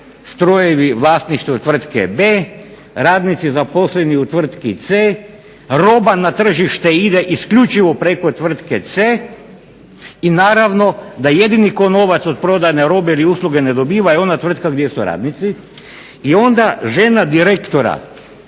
strojevi vlasništvo tvrtke B, radnici zaposleni u tvrtki C, roba na tržište ide isključivo ide preko tvrtke C i naravno da jedini tko novac od prodane robe i usluge ne dobiva je ona tvrtke gdje su radnici i onda žena direktora